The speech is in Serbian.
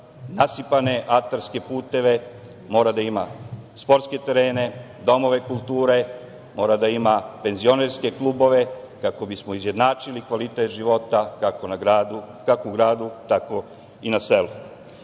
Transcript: nasipane atarske puteve, mora da ima sportske terene, domove kulture, mora da ima penzionerske klubove kako bismo izjednačili kvalitet života kako u gradu, tako i na